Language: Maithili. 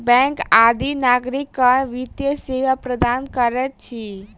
बैंक आदि नागरिक के वित्तीय सेवा प्रदान करैत अछि